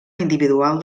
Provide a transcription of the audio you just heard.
individual